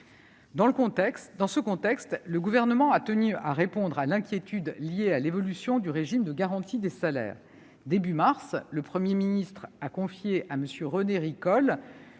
Dans ce contexte, le Gouvernement a tenu à répondre à l'inquiétude liée à l'évolution du régime de garantie des salaires. Début mars, le Premier ministre a confié à M. René Ricol